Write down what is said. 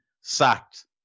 Sacked